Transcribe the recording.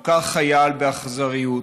הוכה חייל באכזריות,